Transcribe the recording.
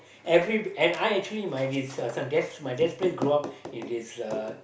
every and I actually my this uh this one dad's my dad's place grew up in this uh